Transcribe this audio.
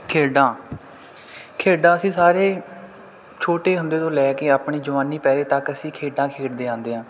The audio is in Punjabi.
ਖੇਡਾਂ ਖੇਡਾਂ ਅਸੀਂ ਸਾਰੇ ਛੋਟੇ ਹੁੰਦੇ ਤੋਂ ਲੈ ਕੇ ਆਪਣੀ ਜਵਾਨੀ ਪਹਿਰੇ ਤੱਕ ਅਸੀਂ ਖੇਡਾਂ ਖੇਡਦੇ ਆਉਂਦੇ ਹਾਂ